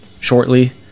Shortly